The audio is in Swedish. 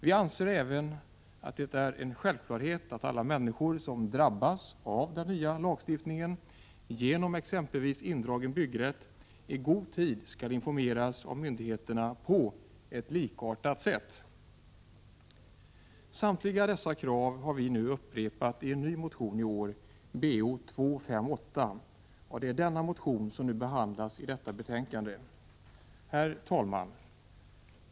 Vi anser att det är en självklarhet att alla människor som drabbas av den nya lagstiftningen genom exempelvis indragen byggrätt i god tid skall informeras av myndigheterna på ett likartat sätt. Samtliga dessa krav har vi upprepat i en ny motion i år, Bo258, och det är denna motion som nu behandlas i detta betänkande. Herr talman!